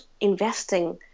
investing